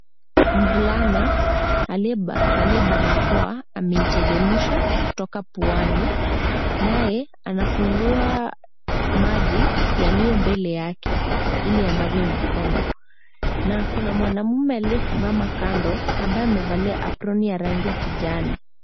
Mvulana aliyevalia barakoa ameiteremsha kutoka puani naye anafungua maji yalio mbele yake ili anawe mkono. Na kuna mwanaume aliyesimama kando ambaye amevalia aproni ya rangi ya kijani.